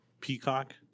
Peacock